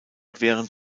während